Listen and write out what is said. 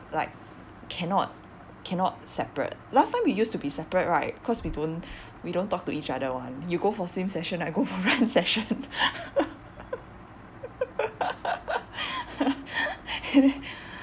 like cannot cannot separate last time we used to be separate right cause we don't we don't talk to each other [one] you go for swim session I go for run session and then